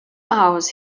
hours